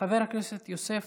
חבר הכנסת יוסף